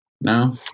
no